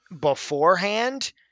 beforehand